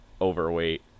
overweight